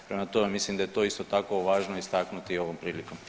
Prema tome, mislim da je to isto tako važno istaknuti ovom prilikom.